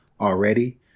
already